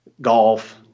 golf